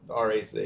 RAC